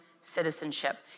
citizenship